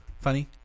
funny